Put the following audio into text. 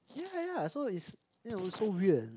ya ya so it's you know it's so weird